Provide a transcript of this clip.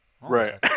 Right